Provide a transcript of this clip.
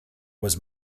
was